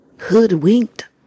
hoodwinked